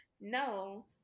no